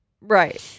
Right